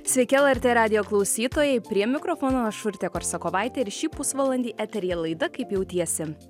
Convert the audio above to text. sveiki lrt radijo klausytojai prie mikrofono aš urtė korsakovaitė ir šį pusvalandį eteryje laida kaip jautiesi